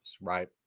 right